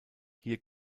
hier